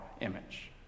image